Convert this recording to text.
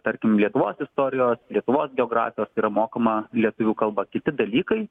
tarkim lietuvos istorijos lietuvos geografijos yra mokoma lietuvių kalba kiti dalykai